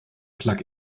plug